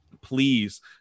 please